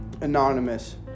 Anonymous